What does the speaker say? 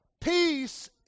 Peace